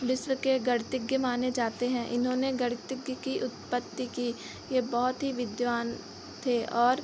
विश्व के गणतज्ञ माने जाते हैं इन्होंने गणित की उत्पत्ति की यह बहुत ही विद्वान थे और